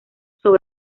sobre